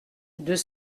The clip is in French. deux